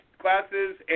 classes